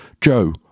Joe